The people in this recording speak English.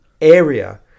area